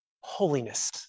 Holiness